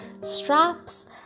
straps